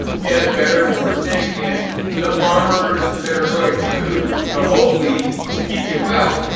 get us better when we're sick, and to the farmers that are growing food to hopefully keep you well.